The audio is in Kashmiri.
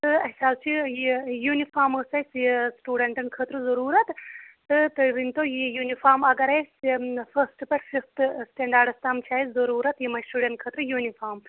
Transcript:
تہٕ اَسہِ حظ چھُ یہِ یوٗنِفام ٲس اَسہِ یہِ سِٹوٗڈنٹَن خٲطرٕ ضروٗرَت تہِ تُہۍ ؤنۍ تو یہِ یوٗنِفام اَگر اَسہِ فٔسٹ پٮ۪ٹھٕ فِفتہٕ سِٹَنڈاڈس تام چھِ اَسہِ ضروٗرَت یِم اَسہِ شُرٮ۪ن خٲطرٕ یوٗنِفام